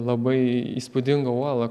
labai įspūdingą uolą